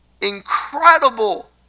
incredible